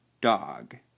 dog